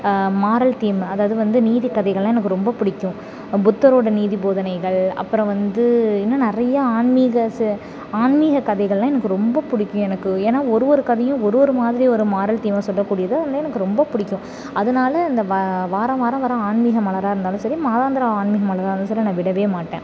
moral theme அதாவது வந்து நீதி கதைகள்லாம் எனக்கு ரொம்ப பிடிக்கும் புத்தரோடய நீதி போதனைகள் அப்புறம் வந்து இன்னும் நிறையா ஆன்மீக ச ஆன்மீக கதைகள்லாம் எனக்கு ரொம்ப பிடிக்கும் எனக்கு ஏனால் ஒரு ஒரு கதையும் ஒரு ஒரு மாதிரி ஒரு மாரல் தீம்மை சொல்ல கூடியது அதனால் எனக்கு ரொம்ப பிடிக்கும் அதனால் இந்த வ வார வாரம் வர்ற ஆன்மீக மலராக இருந்தாலும் சரி மாதாந்திர ஆன்மீக மலராக இருந்தாலும் சரி நான் விடவே மாட்டேன்